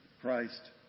Christ